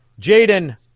Jaden